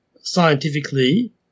scientifically